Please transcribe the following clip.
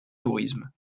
tourisme